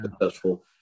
successful